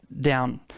down